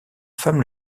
femme